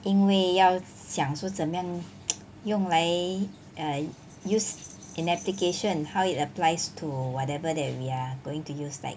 因为要讲说怎样 用来 err use in application how it applies to whatever that we are going to use right